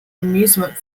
amusement